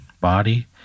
body